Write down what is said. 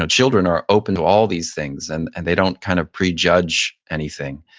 ah children are open to all these things and and they don't kind of prejudge anything.